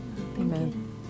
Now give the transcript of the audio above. Amen